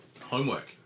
homework